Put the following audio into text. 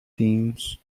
teens